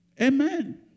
Amen